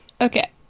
okay